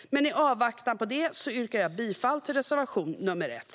I avvaktan på detta yrkar jag bifall till reservation nr 1.